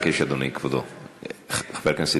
חברת הכנסת